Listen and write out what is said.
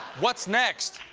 what's next?